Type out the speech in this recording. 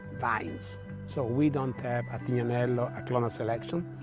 vines so we don't have a tignanello, clonal selection,